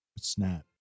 Snap